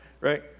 right